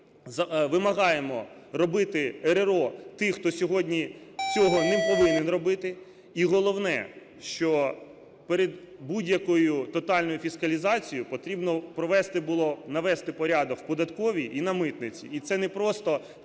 ми вимагаємо робити РРО тих, хто сьогодні цього не повинен робити. І головне, що перед будь-якою тотальною фіскалізацією потрібно провести було, навести порядок в податковій і на митниці.